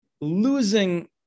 losing